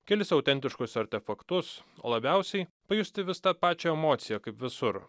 kelis autentiškus artefaktus o labiausiai pajusti vis tą pačią emociją kaip visur